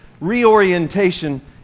reorientation